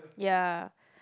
ya